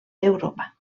d’europa